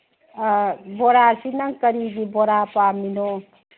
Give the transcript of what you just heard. ꯑꯥ ꯕꯣꯔꯥꯁꯤ ꯅꯪ ꯀꯔꯤꯒꯤ ꯕꯣꯔꯥ ꯄꯥꯝꯃꯤꯅꯣ